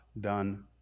done